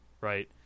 right